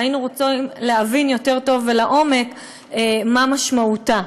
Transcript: והיינו רוצים להבין יותר טוב ולעומק מה משמעותה.